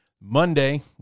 Monday